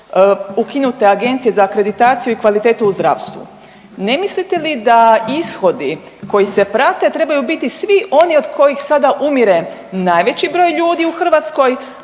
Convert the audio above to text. ukinute Agencije za akreditaciju i kvalitetu u zdravstvu? Ne mislite li da ishodi koji se prate trebaju biti svi oni od kojih sada umire najveći broj ljudi u Hrvatskoj,